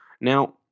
Now